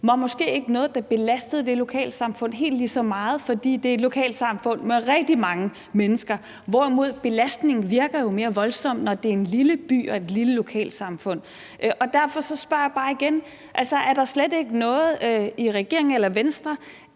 det måske ikke noget, der belastede det lokalsamfund helt lige så meget, fordi det er et lokalsamfund med rigtig mange mennesker, hvorimod belastningen jo virker mere voldsom, når det er en lille by og et lille lokalsamfund. Derfor spørger jeg bare igen: Er der slet ikke noget i regeringen og Venstre,